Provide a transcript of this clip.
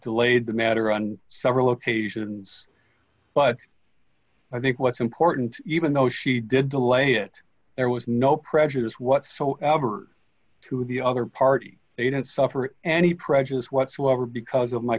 delayed the matter on several occasions but i think what's important even though she did delay it there was no prejudice whatsoever to the other party they didn't suffer any prejudice whatsoever because of my